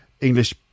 English